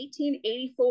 1884